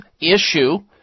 issue